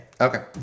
Okay